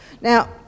Now